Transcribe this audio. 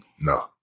No